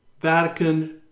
Vatican